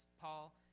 Paul